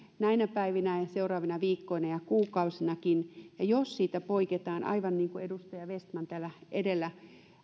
näinä päivinä ja seuraavina viikkoina ja kuukausinakin ja jos siitä poiketaan aivan niin kuin edustaja vestman täällä edellä